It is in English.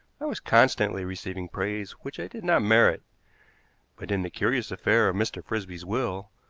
i was constantly receiving praise which i did not merit but in the curious affair of mr. frisby's will,